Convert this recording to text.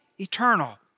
eternal